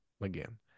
Again